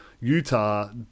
Utah